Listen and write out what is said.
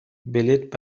بلیط